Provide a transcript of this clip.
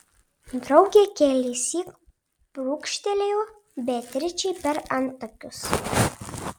draugė kelissyk brūkštelėjo beatričei per antakius